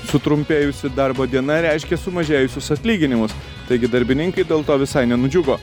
sutrumpėjusi darbo diena reiškia sumažėjusius atlyginimus taigi darbininkai dėl to visai nenudžiugo